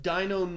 Dino